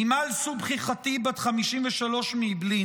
אמל סובחי ח'טיב, בת 53 מאעבלין,